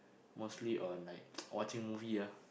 mostly on like watching movie ah